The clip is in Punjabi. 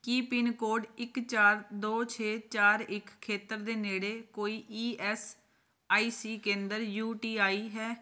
ਕੀ ਪਿੰਨਕੋਡ ਇੱਕ ਚਾਰ ਦੋ ਛੇ ਚਾਰ ਇੱਕ ਖੇਤਰ ਦੇ ਨੇੜੇ ਕੋਈ ਈ ਐੱਸ ਆਈ ਸੀ ਕੇਂਦਰ ਯੂ ਟੀ ਆਈ ਹੈ